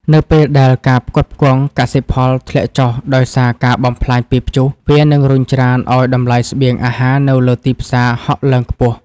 នៅពេលដែលការផ្គត់ផ្គង់កសិផលធ្លាក់ចុះដោយសារការបំផ្លាញពីព្យុះ វានឹងរុញច្រានឱ្យតម្លៃស្បៀងអាហារនៅលើទីផ្សារហក់ឡើងខ្ពស់។